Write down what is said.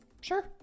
Sure